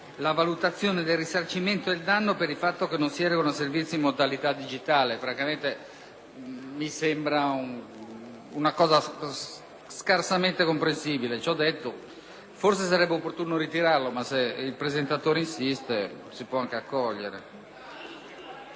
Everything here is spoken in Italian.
la valutazione del risarcimento del danno per il fatto che non si erogano servizi in modalità digitale. Francamente mi sembra scarsamente comprensibile. Forse sarebbe opportuno ritirarlo, tuttavia, se il presentatore insiste, si può accogliere.